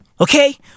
Okay